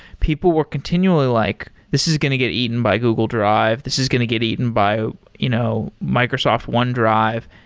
people were continually like, this is going to get eaten by google drive. this is going to get eaten by you know microsoft one drive,